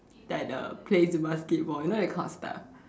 like the plays the basketball you know that kind of stuff